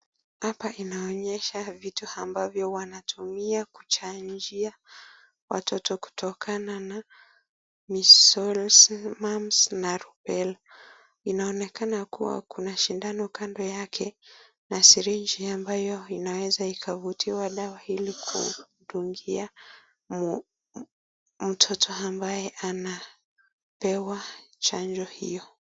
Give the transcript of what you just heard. Hapa inaonyesha vitu ambavyo wanatumia kuchanjia watoto kutokana na Measles , Mumps na Rubella . Inaonekana kuwa kuna shindano kando yake na siringi ambayo inaweza ikavutia dawa ili kudungia mtoto ambaye anapewa chanjo hiyo.